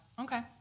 okay